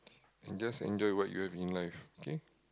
and just enjoy what you have in life okay